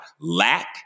lack